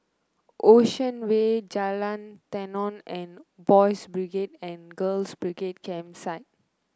Ocean Way Jalan Tenon and Boys' Brigade and Girls' Brigade Campsite